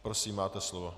Prosím, máte slovo.